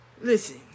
Listen